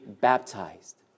baptized